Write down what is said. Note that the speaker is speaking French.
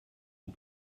aux